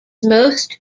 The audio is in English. most